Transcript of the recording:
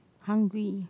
hungry